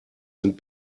sind